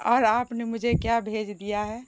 اور آپ نے مجھے کیا بھیج دیا ہے